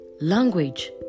language